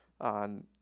on